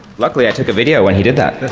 luckily i took a video when he did that.